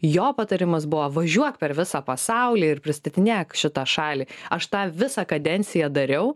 jo patarimas buvo važiuok per visą pasaulį ir pristatinėk šitą šalį aš tą visą kadenciją dariau